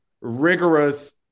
rigorous